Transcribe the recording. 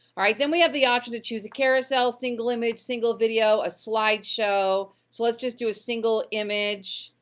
alright, then we have the option to choose a carousel, single image, single video, a slideshow, so let's just do a single image.